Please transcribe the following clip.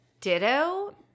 ditto